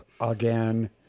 again